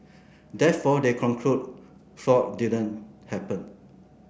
therefore they conclude fraud didn't happen